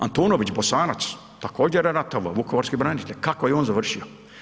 Antunović, Bosanac također je ratovao, vukovarski branitelj, kako je on završio?